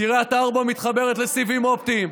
קריית ארבע מתחברת לסיבים אופטיים.